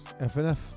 FNF